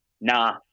Nah